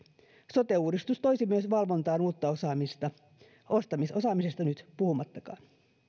sote uudistus toisi myös valvontaan uutta osaamista ostamisosaamisesta nyt puhumattakaan